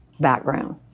background